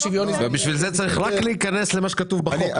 ובשביל זה צריך רק להיכנס למה שכתוב בחוק.